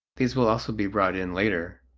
these will also be brought in later,